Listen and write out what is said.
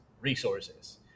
resources